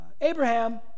abraham